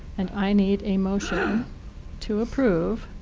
and i need a motion to approve